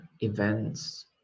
events